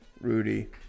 Rudy